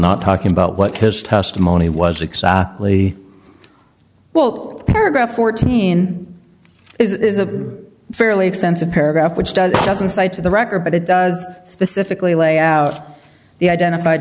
not talking about what his testimony was exactly well paragraph fourteen is a fairly extensive paragraph which doesn't cite to the record but it does specifically lay out the identified